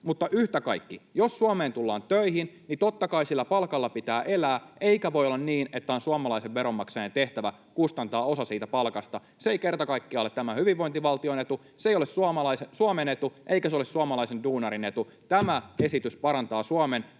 Mutta yhtä kaikki, jos Suomeen tullaan töihin, niin totta kai sillä palkalla pitää elää, eikä voi olla niin, että on suomalaisen veronmaksajan tehtävä kustantaa osa siitä palkasta. Se ei kerta kaikkiaan ole tämän hyvinvointivaltion etu, se ei ole Suomen etu, eikä se ole suomalaisen duunarin etu. Tämä esitys parantaa Suomen